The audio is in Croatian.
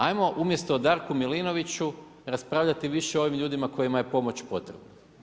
Ajmo umjesto o Darku Milinoviću raspravljati više o ovim ljudima kojima je pomoć potrebna.